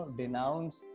denounce